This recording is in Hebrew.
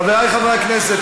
חברי חברי הכנסת,